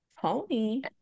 Tony